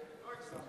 לא הגזמנו.